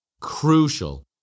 Crucial